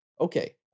Okay